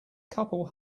couple